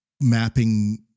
mapping